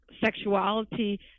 sexuality